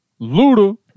Luda